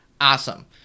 awesome